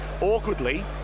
awkwardly